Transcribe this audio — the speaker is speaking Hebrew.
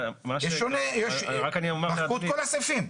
יש שוני רק --- מחקו את כל הסעיפים.